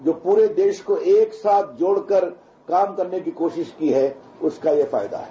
वो पूर देश को एक साथ जोड़कर काम करने की कोशिश की है उसका ये फायदा है